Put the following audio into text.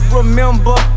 remember